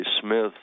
Smith